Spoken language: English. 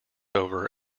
over